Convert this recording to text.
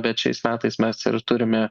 bet šiais metais mes ir turime